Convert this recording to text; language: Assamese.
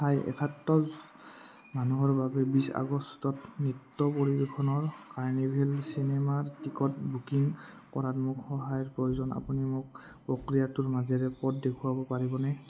হাই একসত্তৰ মানুহৰ বাবে বিছ আগষ্টত নৃত্য পৰিৱেশনৰ কাৰ্নিভেল চিনেমাৰ টিকট বুকিং কৰাত মোক সহায়ৰ প্ৰয়োজন আপুনি মোক প্ৰক্ৰিয়াটোৰ মাজেৰে পথ দেখুৱাব পাৰিবনে